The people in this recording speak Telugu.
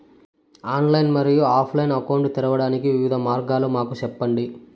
ఆన్లైన్ మరియు ఆఫ్ లైను అకౌంట్ తెరవడానికి వివిధ మార్గాలు మాకు సెప్పండి?